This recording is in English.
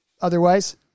Otherwise